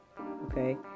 Okay